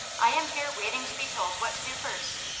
i am here waiting to be told what to do first.